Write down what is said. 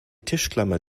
tischklammer